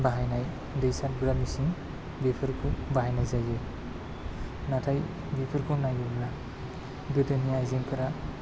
बाहायनाय दै सारग्रा मिसिन बेफोरखौ बाहायनाय जायो नाथाय बेफोरखौ नायोब्ला गोदोनि आइजेंफोरा